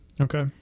okay